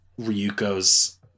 Ryuko's